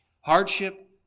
Hardship